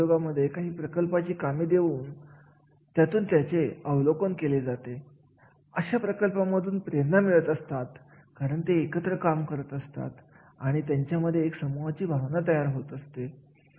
यामध्ये क्षेत्राची गुणवैशिष्ट्ये विचारात घेतली जातात जसे की मी अगोदर नमूद केल्याप्रमाणे औषध निर्माण असतील उत्पादन क्षेत्र असतील हॉटेल व्यवसायातील दवाखाने शैक्षणिक संस्था असे वेगवेगळे क्षेत्र असतात